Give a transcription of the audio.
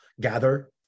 gather